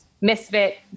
misfit